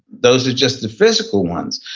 those are just the physical ones.